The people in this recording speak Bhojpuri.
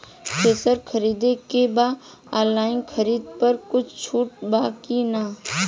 थ्रेसर खरीदे के बा ऑनलाइन खरीद पर कुछ छूट बा कि न?